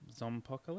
Zompocalypse